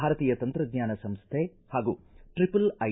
ಭಾರತೀಯ ತಂತ್ರಜ್ಞಾನ ಸಂಸ್ಕೆ ಹಾಗೂ ಟ್ರಪಲ್ ಐ